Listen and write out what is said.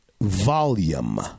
volume